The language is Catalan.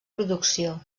producció